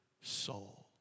soul